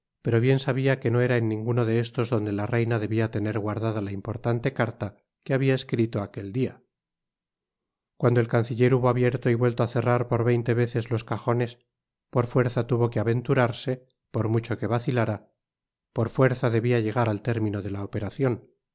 pero bien sabia que no era en ninguno de estos donde la reina debia tener guardada la importante carta que habia escrito aquel dia cuando el canciller hubo abierto y vuelto á cerrar por veinte veces los cajones por fuerza tuvo que aventurarse por mucho que vacilara por fuerza debia llegar al término de la operacion